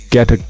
Get